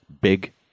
Big